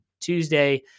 Tuesday